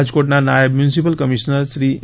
રાજકોટના નાયબ municipal commissioner Shri એ